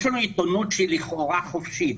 יש לנו עיתונות שהיא לכאורה חופשית,